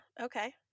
Okay